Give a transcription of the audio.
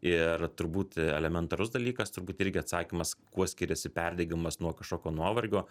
ir turbūt elementarus dalykas turbūt irgi atsakymas kuo skiriasi perdegimas nuo kažkokio nuovargio